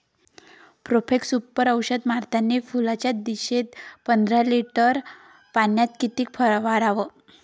Profex Super औषध मारतानी फुलाच्या दशेत पंदरा लिटर पाण्यात किती फवाराव?